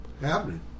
Happening